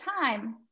time